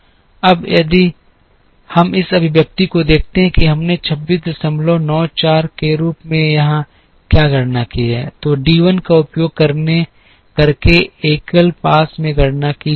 अब यदि हम इस अभिव्यक्ति को देखते हैं कि हमने 2694 के रूप में यहां क्या गणना की है तो डी 1 का उपयोग करके एकल पास में गणना की जा सकती है